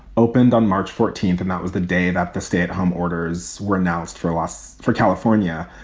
opened on march fourteenth. and that was the day that the stay at home orders were announced for us for california.